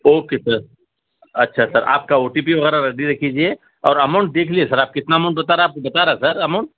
okay sir اچھا اچھا sir آپ کا او ٹی پی وغیرہ ریڈی رکھ لیجیے اور اماؤنٹ دیکھ لیے سر آپ کتنا اماؤنٹ بتا رہا ہے آپ کو بتا رہا سر اماؤنٹ